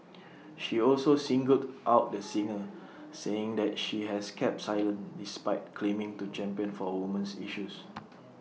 she also singled out the singer saying that she has kept silent despite claiming to champion for woman's issues